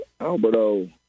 Alberto